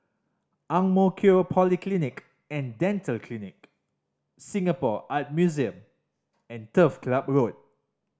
Ang Mo Kio Polyclinic and Dental Clinic Singapore Art Museum and Turf Club Road